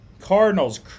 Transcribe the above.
Cardinals